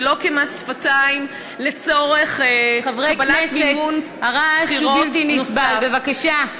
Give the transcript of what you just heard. ולא כמס שפתיים לצורך קבלת מימון בחירות נוסף.